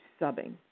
subbing